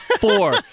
four